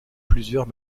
plusieurs